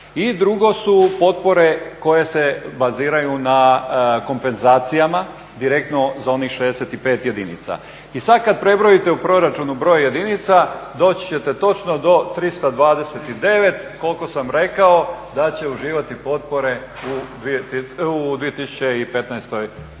I drugo su potpore koje se baziraju na kompenzacijama direktno za onih 65 jedinica. I sada kada prebrojite u proračunu broj jedinica doći ćete točno do 329 koliko sam rekao da će uživati potpore u 2015. godini.